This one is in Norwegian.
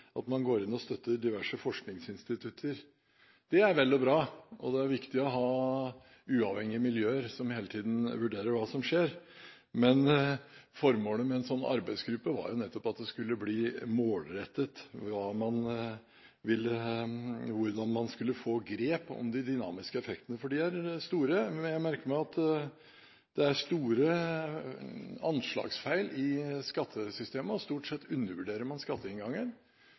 at man går inn og støtter diverse forskningsinstitutter. Det er vel og bra, og det er viktig å ha uavhengige miljøer som hele tiden vurderer hva som skjer, men formålet med en slik arbeidsgruppe var jo nettopp at det skulle bli målrettet – hvordan man skulle få grep om de dynamiske effektene. For de er store: Jeg merker meg at det er store anslagsfeil i skattesystemet, og stort sett så undervurderer man skatteinngangen.